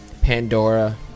pandora